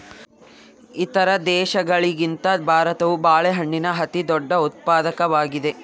ಇತರ ದೇಶಗಳಿಗಿಂತ ಭಾರತವು ಬಾಳೆಹಣ್ಣಿನ ಅತಿದೊಡ್ಡ ಉತ್ಪಾದಕವಾಗಿದೆ